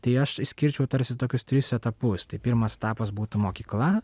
tai aš išskirčiau tarsi tokius tris etapus tai pirmas etapas būtų mokykla